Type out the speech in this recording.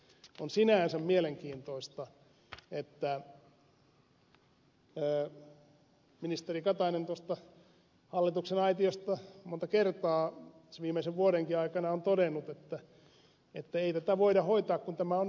on sinänsä mielenkiintoista että ministeri katainen tuosta hallituksen aitiosta monta kertaa tässä viimeisen vuodenkin aikana on todennut että ei tätä voida hoitaa kun tämä on niin monimutkaista